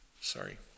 Sorry